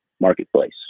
marketplace